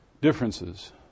differences